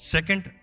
Second